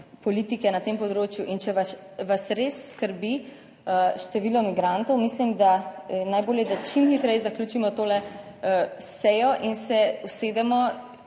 politike na tem področju, in če vas res skrbi število migrantov, mislim da je najbolje, da čim hitreje zaključimo to sejo in se usedemo,